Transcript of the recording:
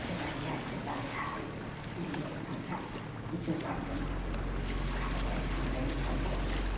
ব্যাপারী আসলে তাদের হাতে দিয়ে আমরা কিছু উপার্জন টাকা পয়সা আমরা ইনকাম করি